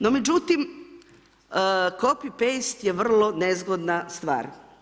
No međutim, copy paste je vrlo nezgodna stvar.